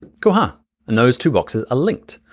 cool? ah and those two boxes are linked.